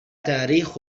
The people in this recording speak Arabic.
تاريخ